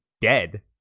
dead